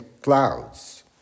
clouds